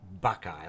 Buckeye